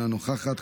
אינה נוכחת,